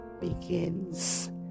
begins